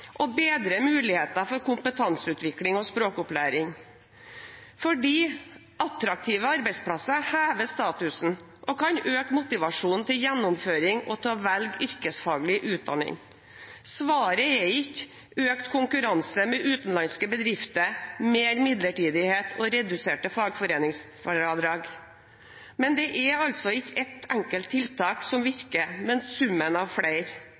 og bedre muligheten for kompetanseutvikling og språkopplæring, fordi attraktive arbeidsplasser hever statusen og kan øke motivasjonen til gjennomføring og til å velge yrkesfaglig utdanning. Svaret er ikke økt konkurranse med utenlandske bedrifter, mer midlertidighet og reduserte fagforeningsfradrag. Det er ikke ett enkelt tiltak som virker, men summen av